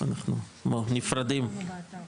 אני החלטתי להתחיל בסוגייה של הדיור הציבורי,